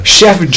Chef